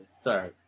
sorry